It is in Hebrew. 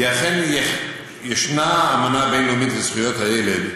כי אכן ישנה אמנה בין-לאומית לזכויות הילד,